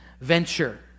venture